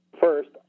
First